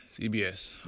CBS